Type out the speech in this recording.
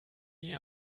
die